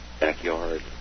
backyard